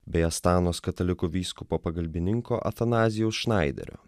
bei astanos katalikų vyskupo pagalbininko atanazijaus šnaiderio